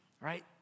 Right